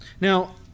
Now